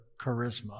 charisma